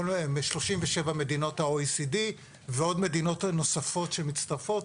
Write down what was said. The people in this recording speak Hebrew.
מ-37 מדינות ה-OECD ומדינות נוספות שמצטרפות,